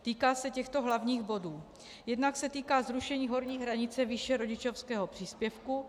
Týká se těchto hlavních bodů: Jednak se týká zrušení horní hranice výše rodičovského příspěvku.